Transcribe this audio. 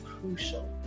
crucial